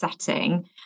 setting